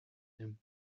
him